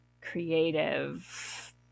creative